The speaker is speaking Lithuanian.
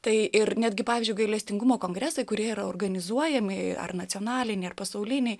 tai ir netgi pavyzdžiui gailestingumo kongresai kurie yra organizuojami ar nacionaliniai ar pasauliniai